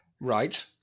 right